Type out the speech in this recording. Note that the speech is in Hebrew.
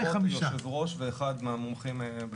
אבל לפחות היושב ראש ואחד מהמומחים.